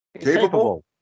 Capable